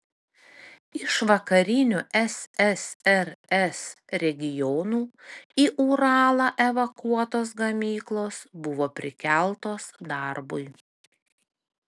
iš vakarinių ssrs regionų į uralą evakuotos gamyklos buvo prikeltos darbui